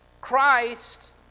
Christ